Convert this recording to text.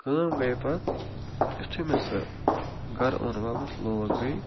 کٲم گٔے پتہٕ یِتھُے مےٚ سُہ گَرٕ اوٚن واپس لوگ بیٚیہِ